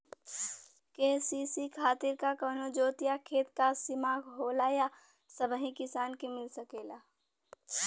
KCC खातिर का कवनो जोत या खेत क सिमा होला या सबही किसान के मिल सकेला?